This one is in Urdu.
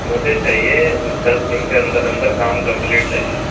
مجھے چاہیے دس دِن کے اندر اندر کام کمپلیٹ چاہیے